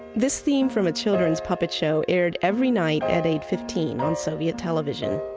this theme from a children's puppet show aired every night at eight fifteen on soviet television.